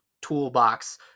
toolbox